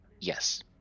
Yes